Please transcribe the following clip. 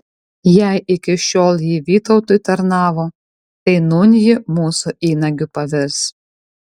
jei iki šiol ji vytautui tarnavo tai nūn ji mūsų įnagiu pavirs